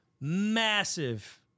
massive